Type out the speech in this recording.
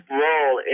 role